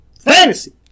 Fantasy